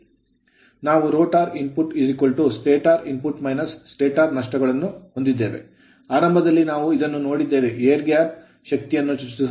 ನಾವು rotor rotor ಇನ್ಪುಟ್stator stator input - stator stator ನಷ್ಟಗಳನ್ನು ಹೊಂದಿದ್ದೇವೆ ಆರಂಭದಲ್ಲಿ ನಾವು ಇದನ್ನು ನೋಡಿದ್ದೇವೆ air gap ವಾಯು ಅಂತರದ ಶಕ್ತಿಯನ್ನು ಚರ್ಚಿಸುವಾಗ